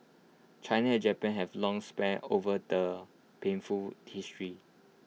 China and Japan have long sparred over their painful history